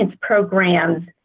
programs